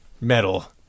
metal